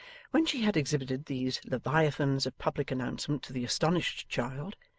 when she had exhibited these leviathans of public announcement to the astonished child,